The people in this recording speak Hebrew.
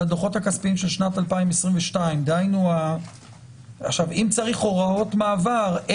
זה הדוחות הכספיים של 2022. דהיינו אם צריך הוראות מעבר,